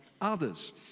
others